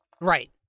Right